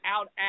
out